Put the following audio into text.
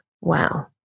Wow